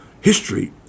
history